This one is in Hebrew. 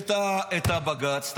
את הבג"ץ.